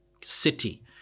city